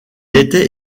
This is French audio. était